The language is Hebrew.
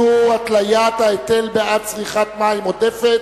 אישור התליית ההיטל בעד צריכת מים עודפת),